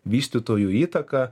vystytojų įtaka